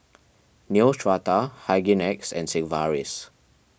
Neostrata Hygin X and Sigvaris